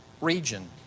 region